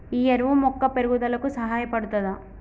ఈ ఎరువు మొక్క పెరుగుదలకు సహాయపడుతదా?